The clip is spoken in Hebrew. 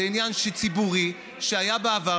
זה עניין ציבורי שהיה בעבר.